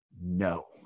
no